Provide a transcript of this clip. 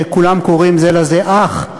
כשכולם קוראים זה לזה "אח",